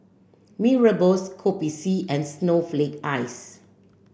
Mee Rebus Kopi C and snowflake ice